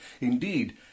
Indeed